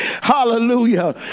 hallelujah